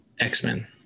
X-Men